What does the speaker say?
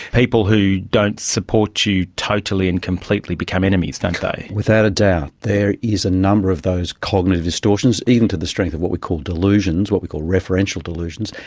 people who don't support you totally and completely become enemies, don't they. without a doubt there is a number of those cognitive distortions, even to the strength of what we call delusions, what we call referential delusions.